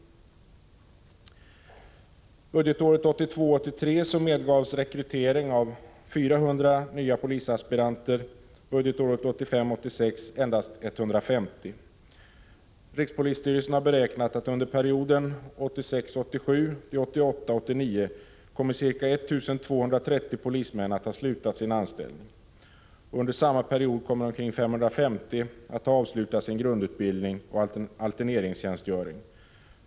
Budgetåret 1982 86 endast 150. Rikspolisstyrelsen har beräknat att under perioden 1986 89 kommer ca 1 230 polismän att ha slutat sin anställning. Under samma period kommer omkring 550 att ha avslutat sin grundutbildning och alterneringstjänstgöring.